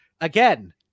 again